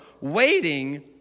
waiting